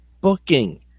booking